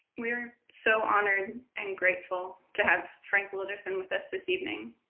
we're so honored and grateful to have franklin wilderson with us this evening,